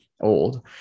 old